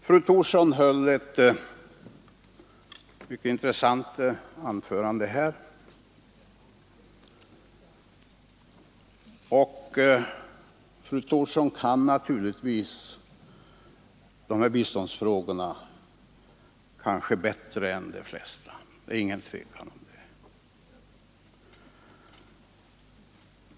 Fru Thorsson höll ett mycket intressant anförande, och fru Thorsson kan naturligtvis de här biståndsfrågorna bättre än de flesta — det är inget tvivel om det.